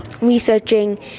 researching